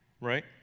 right